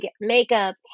makeup